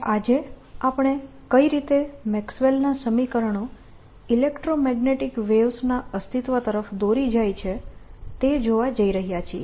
અને આજે આપણે કઈ રીતે મેક્સવેલના સમીકરણો ઇલેક્ટ્રોમેગ્નેટીક વેવ્સ ના અસ્તિત્વ તરફ દોરી જાય છે તે જોવા જઈ રહ્યા છીએ